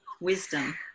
wisdom